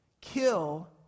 Kill